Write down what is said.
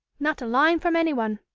not a line from anyone.